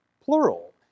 plural